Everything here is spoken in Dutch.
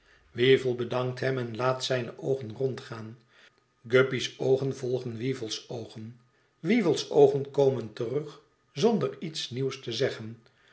weevle bedankt hem en laat zijne oogen rondgaan guppy's oogen volgen weevle's oogen weevle's oogen komen terug zonder iets nieuws te zeggen